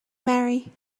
marry